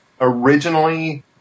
Originally